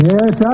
Yes